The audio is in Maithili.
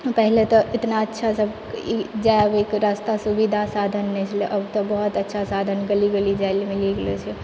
पहिले तऽ एतना अच्छा सब ई जाइ आबैके रास्ता सुविधा साधन नहि छलै अब तऽ बहुत अच्छा साधन गली गली जाइलऽ मिलि गेलऽ छै